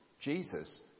Jesus